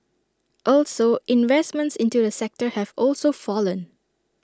also investments into the sector have also fallen